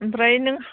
ओमफ्राय नों